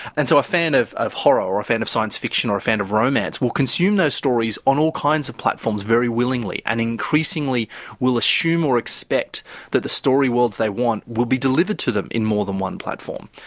and so a fan of of horror or a fan of science fiction or a fan of romance will consume those stories on all kinds of platforms very willingly, and increasingly will assume or expect that the story worlds they want will be delivered to them in more than one platform.